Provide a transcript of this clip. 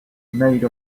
made